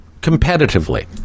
competitively